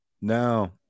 Now